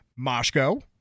Moshko